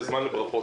זה זמן לברכות,